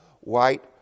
white